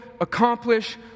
accomplish